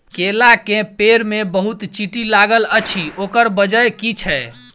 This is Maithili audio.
केला केँ पेड़ मे बहुत चींटी लागल अछि, ओकर बजय की छै?